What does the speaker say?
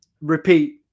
repeat